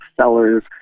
sellers